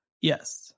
yes